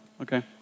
okay